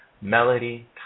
Melody